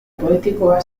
poetikoa